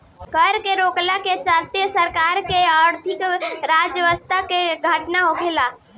कर के रोकला के चलते सरकार के आर्थिक राजस्व के घाटा होखेला